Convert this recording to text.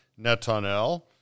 Netanel